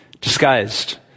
disguised